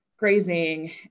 grazing